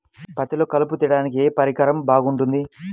పత్తిలో కలుపు తీయడానికి ఏ పరికరం బాగుంటుంది?